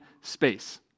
space